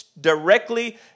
directly